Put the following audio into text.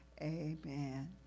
amen